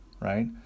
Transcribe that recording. right